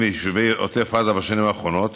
ביישובי עוטף עזה בשנים האחרונות,